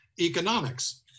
economics